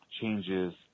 changes